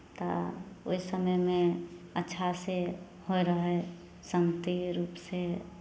तऽ ओहि समयमे अच्छासँ होइ रहय शान्ति रूपसँ